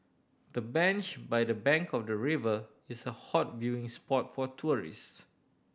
the bench by the bank of the river is a hot viewing spot for tourists